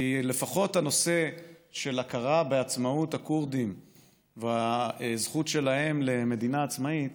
כי לפחות הנושא של הכרה בעצמאות הכורדים והזכות שלהם למדינה עצמאית